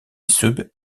sub